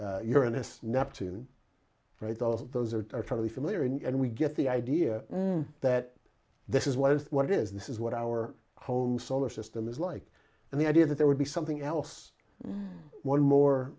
those those are totally familiar and we get the idea that this is what is what is this is what our own solar system is like and the idea that there would be something else one more